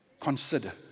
Consider